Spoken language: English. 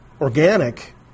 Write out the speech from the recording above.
organic